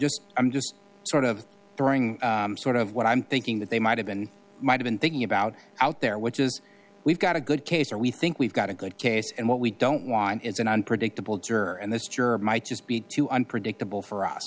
just i'm just sort of throwing sort of what i'm thinking that they might have been might have been thinking about out there which is we've got a good case or we think we got a good case and what we don't want is an unpredictable tour and this tour might just be too unpredictable for us